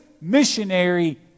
missionary